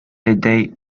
aider